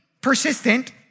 persistent